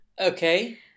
Okay